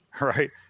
right